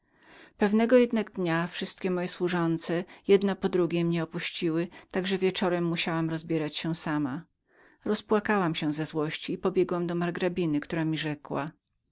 pewnego jednak dnia wszystkie moje służące razem mnie opuściły tak że wieczorem musiałam rozbierać się sama rozpłakałam się ze złości i pobiegłam do margrabiny która mi rzekła